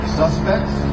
suspects